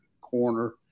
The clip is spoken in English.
corner